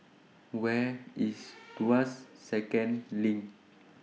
Where IS Tuas Second LINK